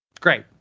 Great